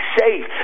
safe